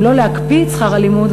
אם לא להקפיא את שכר הלימוד,